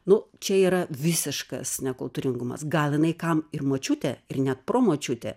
nu čia yra visiškas nekultūringumas gal jinai kam ir močiutė ir net promočiutė